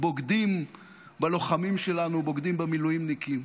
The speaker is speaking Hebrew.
בוגדים בלוחמים שלנו, בוגדים במילואימניקים,